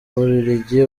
bubiligi